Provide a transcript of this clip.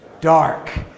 Dark